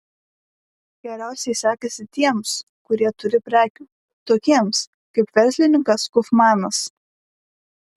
geriausiai sekasi tiems kurie turi prekių tokiems kaip verslininkas kaufmanas